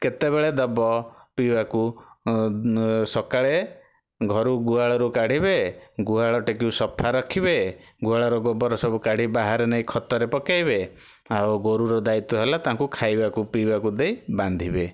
କେତେବେଳେ ଦବ ପିଇବାକୁ ସକାଳେ ଘରୁ ଗୁହାଳରୁ କାଢ଼ିବେ ଗୁହାଳଟିକୁ ସଫା ରଖିବ ଗୁହାଳରୁ ଗୋବର ସବୁ କାଢ଼ି ବାହାରେ ନେଇ ଖତରେ ପକାଇବେ ଆଉ ଗୋରୁର ଦାୟିତ୍ୱ ହେଲା ତାଙ୍କୁ ଖାଇବାକୁ ପିଇବାକୁ ଦେଇ ବାନ୍ଧିବେ